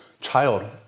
child